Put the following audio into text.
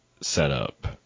setup